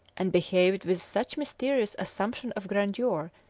and behaved with such mysterious assumption of grandeur,